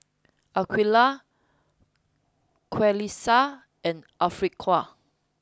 Aqeelah Qalisha and Afiqah